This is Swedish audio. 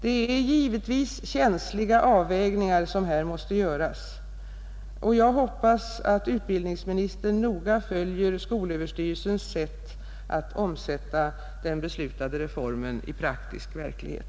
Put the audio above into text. Det är givetvis känsliga avvägningar som här måste göras, och jag hoppas att utbildningsministern noga följer skolöverstyrelsens sätt att omsätta den beslutade reformen i praktisk verklighet.